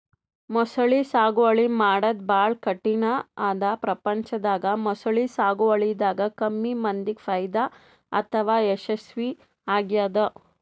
ಮೊಸಳಿ ಸಾಗುವಳಿ ಮಾಡದ್ದ್ ಭಾಳ್ ಕಠಿಣ್ ಅದಾ ಪ್ರಪಂಚದಾಗ ಮೊಸಳಿ ಸಾಗುವಳಿದಾಗ ಕಮ್ಮಿ ಮಂದಿಗ್ ಫೈದಾ ಅಥವಾ ಯಶಸ್ವಿ ಆಗ್ಯದ್